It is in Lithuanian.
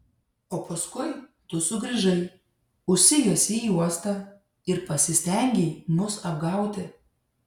o paskui tu sugrįžai užsijuosei juostą ir pasistengei mus apgauti